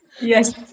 Yes